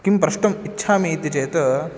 किं प्रष्टुम् इच्छामि इति चेत्